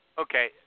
Okay